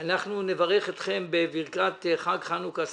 נברך אתכם בברכת חג חנוכה שמח.